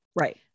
Right